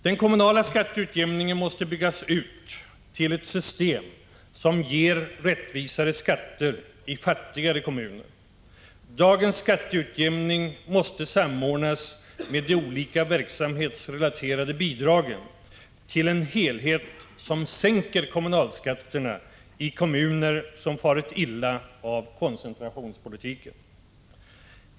Den kommunala skatteutjämningen måste byggas ut till ett system som ger rättvisare skatter i fattigare kommuner. Dagens skatteutjämning måste samordnas med de olika verksamhetsrelaterade bidragen till en helhet som sänker kommunalskatterna i kommuner som farit illa av koncentrationspolitiken.